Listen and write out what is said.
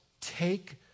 take